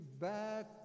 back